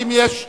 האם יש מי,